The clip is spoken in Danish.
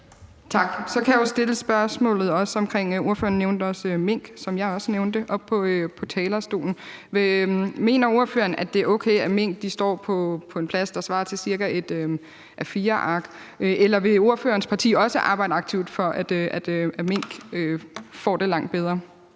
Tak. Så nævnte ordføreren mink, som jeg også nævnte fra talerstolen. Mener ordføreren, at det er okay, at mink har en plads, der svarer til cirka et A4-ark, eller vil ordførerens parti også arbejde aktivt for, at mink får det langt bedre?